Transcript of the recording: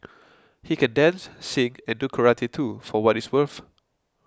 he can dance sing and do karate too for what it's worth